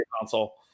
console